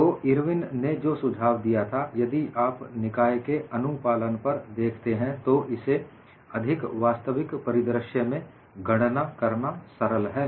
तो इरविन ने जो सुझाव दिया था यदि आप निकाय के अनुपालन पर देखते हैं तो इसे अधिक वास्तविक परिदृश्य में गणना करना सरल है